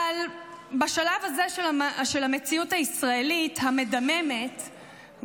אבל בשלב הזה של המציאות הישראלית המדממת,